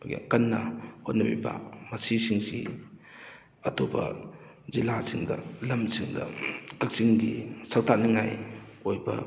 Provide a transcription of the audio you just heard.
ꯑꯩꯈꯣꯏꯒꯤ ꯀꯟꯅ ꯍꯣꯠꯅꯕꯤꯕ ꯃꯁꯤꯁꯤꯡꯁꯤ ꯑꯇꯣꯞꯄ ꯖꯤꯂꯥꯁꯤꯡꯗ ꯂꯝꯁꯤꯡꯗ ꯀꯛꯆꯤꯡꯒꯤ ꯁꯛꯇꯥꯛꯅꯤꯡꯉꯥꯏ ꯑꯣꯏꯕ